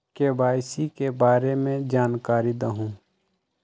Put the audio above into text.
KYC के बारे में जानकारी दहु?